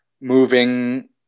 moving